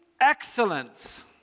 excellence